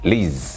Liz